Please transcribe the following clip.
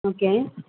okay